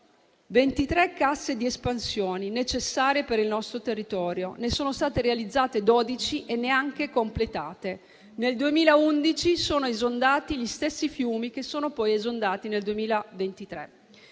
23 casse di espansione necessarie per il nostro territorio, ne sono state realizzate 12 e neanche completate. Nel 2011 sono esondati gli stessi fiumi, che sono poi esondati nel 2023.